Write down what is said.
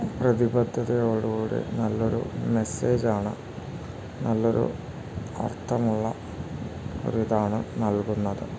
പ്രതിബദ്ധതയോടുകൂടി നല്ലൊരു മെസ്സേജാണ് നല്ലൊരു അർത്ഥമുള്ള ഒരിതാണ് നൽകുന്നത്